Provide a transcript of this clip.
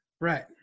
right